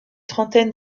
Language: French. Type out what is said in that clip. trentaine